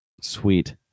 Sweet